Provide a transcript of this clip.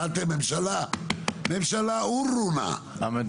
ממשלה, שמעתם?